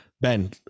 Ben